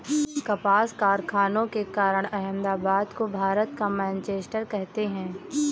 कपास कारखानों के कारण अहमदाबाद को भारत का मैनचेस्टर कहते हैं